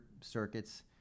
circuits